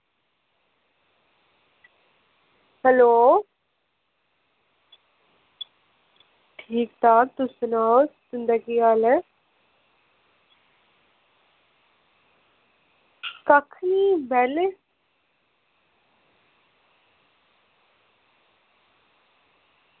hello ठीक ठाक तुस सनाओ तुंदा केह् हाल ऐ कक्ख निं बेह्ले